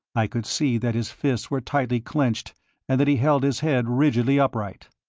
i could see that his fists were tightly clenched and that he held his head rigidly upright.